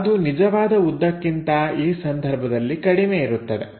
ಅದು ನಿಜವಾದ ಉದ್ದಕ್ಕಿಂತ ಈ ಸಂದರ್ಭದಲ್ಲಿ ಕಡಿಮೆ ಇರುತ್ತದೆ